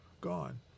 gone